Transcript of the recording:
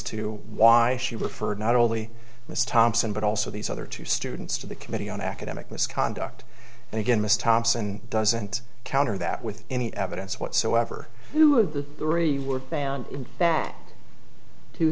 to why she referred not only miss thompson but also these other two students to the committee on academic misconduct and again miss thompson doesn't counter that with any evidence whatsoever of the three were found in that to